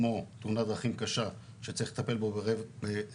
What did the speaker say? כמו תאונת דרכים קשה שצריך לטפל בו בטראומה,